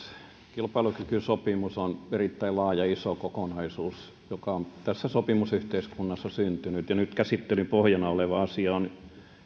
kilpailukykysopimus on erittäin laaja iso kokonaisuus joka on tässä sopimusyhteiskunnassa syntynyt ja nyt käsittelyn pohjana oleva asia on